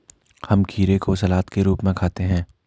हम खीरे को सलाद के रूप में खाते हैं